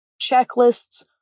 checklists